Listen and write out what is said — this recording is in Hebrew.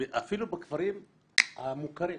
אפילו בכפרים המוכרים.